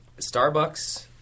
Starbucks